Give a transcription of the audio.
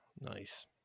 Nice